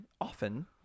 often